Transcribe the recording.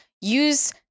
use